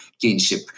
kinship